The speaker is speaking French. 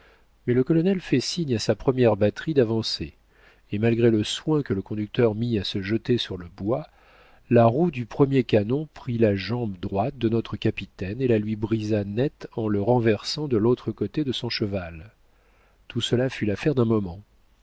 mais le colonel fait signe à sa première batterie d'avancer et malgré le soin que le conducteur mit à se jeter sur le bois la roue du premier canon prit la jambe droite de notre capitaine et la lui brisa net en le renversant de l'autre côté de son cheval tout cela fut l'affaire d'un moment